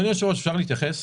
אדוני היושב-ראש, אפשר להתייחס?